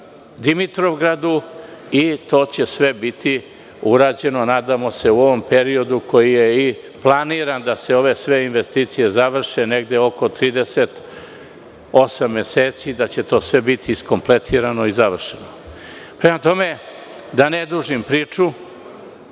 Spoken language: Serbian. Dimitrovgradu i to će sve biti urađeno nadamo se u ovom periodu koji je i planiran da se ove sve investicije završen negde oko 38 meseci, da će to sve biti iskompletirano i završeno. Prema tome, da ne dužim priču,